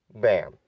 bam